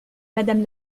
madame